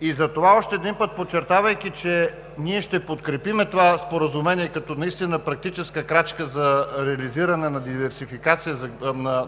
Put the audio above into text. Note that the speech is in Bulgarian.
И затова още един път, подчертавайки, че ние ще подкрепим това Споразумение като наистина практическа крачка за реализиране на диверсификация